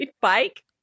bike